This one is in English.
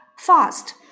Fast